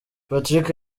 patrick